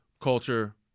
culture